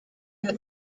wird